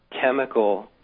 chemical